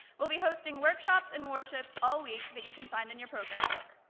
we'll be hosting workshops and worships all week that you can find in your program book.